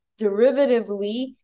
derivatively